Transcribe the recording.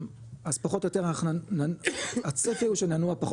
אז פחות או יותר הצפי הוא שננוע פחות